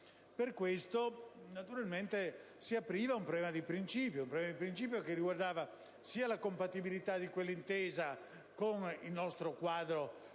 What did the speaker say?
Per questo si apriva un problema di principio, che riguardava sia la compatibilità di quell'intesa con il nostro quadro